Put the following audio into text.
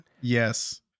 Yes